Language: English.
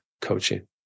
coaching